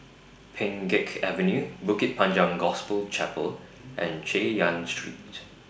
Pheng Geck Avenue Bukit Panjang Gospel Chapel and Chay Yan Street